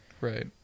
Right